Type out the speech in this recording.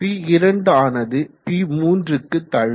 P2 ஆனது P3 க்கு தள்ளும்